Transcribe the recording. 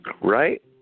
Right